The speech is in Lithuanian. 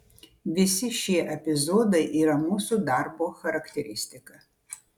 visi šie epizodai yra mūsų darbo charakteristika